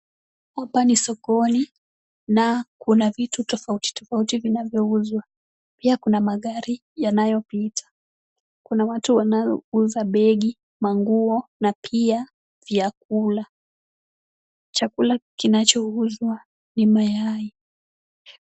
Hapa ni sokoni, na kuna vitu tofauti tofauti vinavyouzwa. Pia kuna magari yanayopita. Kuna watu wanao uza begi, maguo na pia vyakula. Chakula kinachouzwa ni mayai.